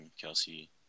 Kelsey